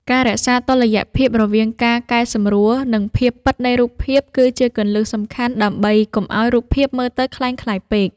ការរក្សាតុល្យភាពរវាងការកែសម្រួល និងភាពពិតនៃរូបភាព គឺជាគន្លឹះសំខាន់ដើម្បីកុំឱ្យរូបភាពមើលទៅក្លែងក្លាយពេក។